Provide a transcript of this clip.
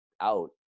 out